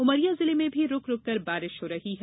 उमरिया जिले में भी रूक रूक कर बारिश हो रही है